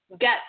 get